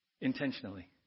Intentionally